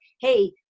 hey